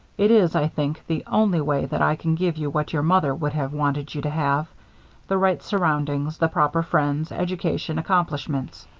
it is, i think, the only way that i can give you what your mother would have wanted you to have the right surroundings, the proper friends, education, accomplishments.